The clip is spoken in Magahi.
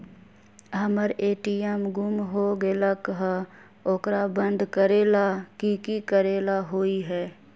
हमर ए.टी.एम गुम हो गेलक ह ओकरा बंद करेला कि कि करेला होई है?